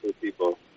people